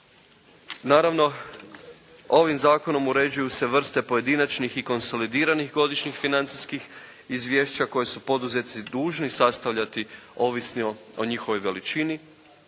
Naravno ovim Zakonom uređuju se vrste pojedinačnih i konsolidiranih godišnjih financijskih izvješća koje su poduzetnici dužni sastavljati ovisni o njihovoj veličini.